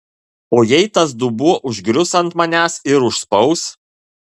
o jei tas dubuo užgrius ant manęs ir užspaus